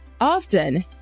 Often